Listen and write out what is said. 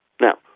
Now